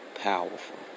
powerful